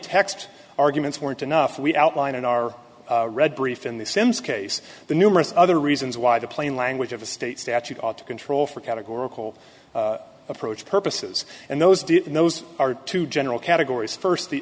text arguments weren't enough we outline in our read brief in the sims case the numerous other reasons why the plain language of a state statute ought to control for categorical approach purposes and those didn't those are two general categories first